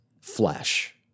flesh